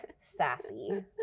sassy